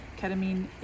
ketamine